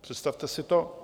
Představte si to!